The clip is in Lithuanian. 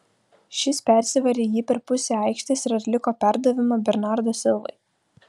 šis persivarė jį per pusę aikštės ir atliko perdavimą bernardo silvai